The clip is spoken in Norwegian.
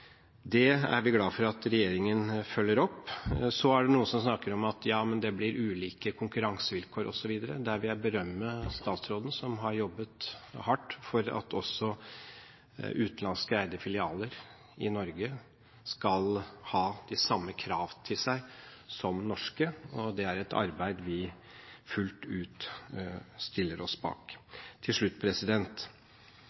Det er vi glad for at regjeringen følger opp. Så er det noen som sier at ja, men det blir ulike konkurransevilkår osv. Der vil jeg berømme statsråden, som har jobbet hardt for at også utenlandsk eide filialer i Norge skal ha de samme krav til seg som norske. Det er et arbeid vi fullt ut stiller oss bak.